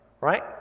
right